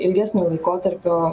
ilgesnio laikotarpio